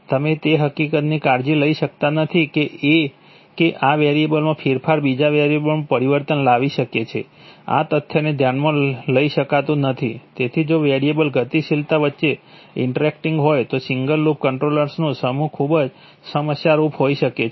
તમે એ હકીકતની કાળજી લઈ શકતા નથી કે a કે આ વેરિયેબલ માં ફેરફાર બીજા વેરિયેબલમાં પરિવર્તન લાવી શકે છે આ તથ્યને ધ્યાનમાં લઈ શકાતું નથી તેથી જો વેરિયેબલ ગતિશીલતા વચ્ચે ઇન્ટરેક્ટિંગ હોય તો સિંગલ લૂપ કંટ્રોલર્સનો સમૂહ ખૂબ જ સમસ્યારૂપ હોઈ શકે છે